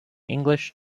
english